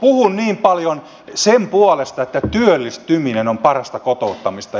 puhun niin paljon sen puolesta että työllistyminen on parasta kotouttamista